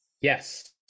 Yes